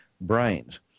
brains